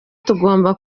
tugomba